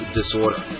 Disorder